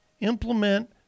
implement